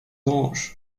blanche